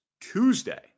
Tuesday